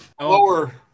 Lower